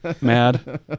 mad